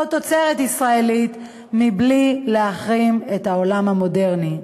תוצרת ישראלית בלי להחרים את העולם המודרני.